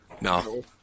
No